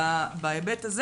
בהיבט הזה